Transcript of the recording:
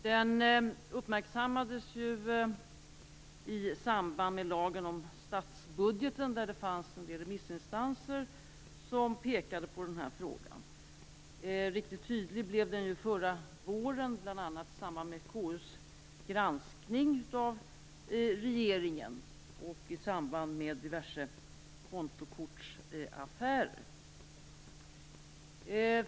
Den uppmärksammades i samband med lagen om statsbudgeten. Det var en del remissinstanser som pekade på den här frågan. Riktigt tydlig blev den förra våren, bl.a. i samband med KU:s granskning av regeringen och i samband med diverse kontokortsaffärer.